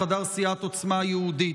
בחדר סיעת עוצמה יהודית.